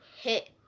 hit